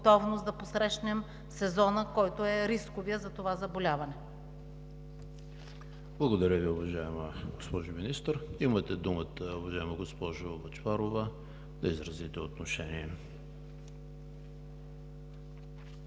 Благодаря Ви, уважаема госпожо Министър. Имате думата, уважаема госпожо Бъчварова, да изразите отношение.